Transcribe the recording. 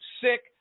sick